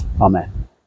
Amen